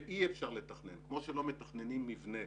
ואי אפשר לתכנן כמו שלא מתכננים מבנה